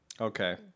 Okay